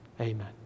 Amen